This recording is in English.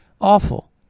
Awful